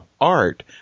art